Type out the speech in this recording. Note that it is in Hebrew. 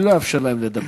אני לא אאפשר להם לדבר.